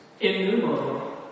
innumerable